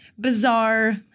bizarre